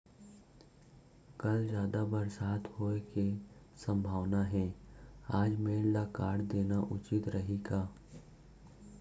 कल जादा बरसात होये के सम्भावना हे, आज मेड़ ल काट देना उचित रही का?